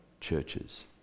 churches